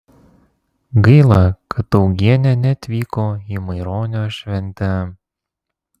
gaila kad augienė neatvyko į maironio šventę